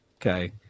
Okay